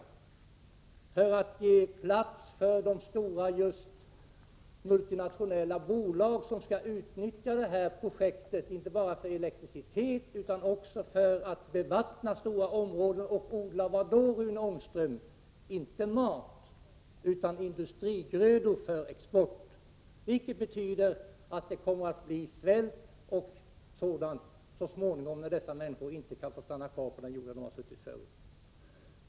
De har fått lämna plats för de stora multinationella bolag som skall utnyttja detta projekt, inte bara för elektricitet utan också för att bevattna stora områden och odla — ja, vad, Rune Ångström? Inte är det mat, utan industrigrödor för export. Detta betyder att det så småningom blir svält, när dessa människor inte kan få stanna kvar på den jord de förut haft.